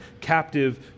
captive